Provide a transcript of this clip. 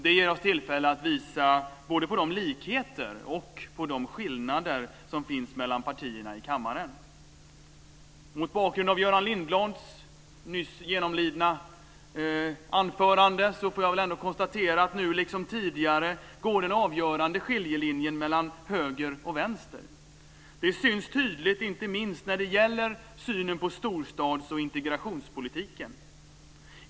Det ger oss tillfälle att visa både på de likheter och på de skillnader som finns mellan partierna i kammaren. Efter att ha genomlidit Göran Lindblads anförande nyss, kan jag konstatera att nu liksom tidigare går den avgörande skiljelinjen mellan höger och vänster. Det syns tydligt inte minst när det gäller synen på storstads och integrationspolitiken.